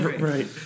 Right